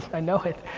i know it.